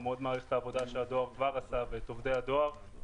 הוא מאוד מעריך את העבודה שהדואר כבר עשה ואת עובדי הדואר.